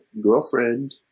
girlfriend